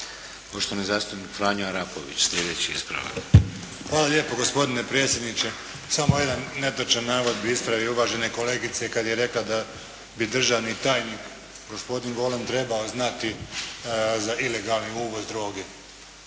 Poštovani zastupnik Franjo Arapović, sljedeći ispravak. **Arapović, Franjo (HDZ)** Hvala lijepo gospodine predsjedniče. Samo jedan netočan navod bih ispravio uvažene kolegice kada je rekla da bi državni tajnik gospodin Golem trebao znati za ilegalni uvoz droge.